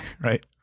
right